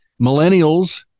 millennials